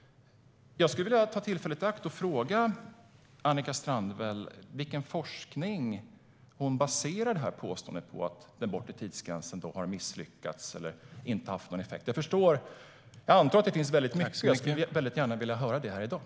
Jag ska ta tillfället i akt och fråga Annika Strandhäll på vilken forskning hon baserar påståendet att den bortre tidsgränsen är misslyckad och inte har haft någon effekt. Jag antar det finns mycket sådan, och jag vill gärna höra om den.